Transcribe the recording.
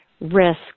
risk